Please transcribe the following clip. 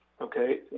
Okay